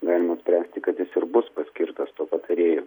galima spręsti kad jis ir bus paskirtas tuo patarėju